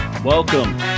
Welcome